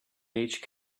age